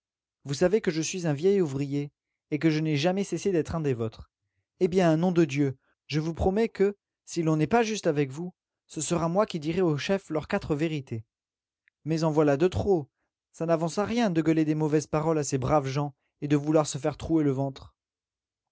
vous savez que je suis un vieil ouvrier et que je n'ai jamais cessé d'être un des vôtres eh bien nom de dieu je vous promets que si l'on n'est pas juste avec vous ce sera moi qui dirai aux chefs leurs quatre vérités mais en voilà de trop ça n'avance à rien de gueuler des mauvaises paroles à ces braves gens et de vouloir se faire trouer le ventre